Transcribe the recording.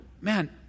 man